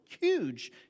huge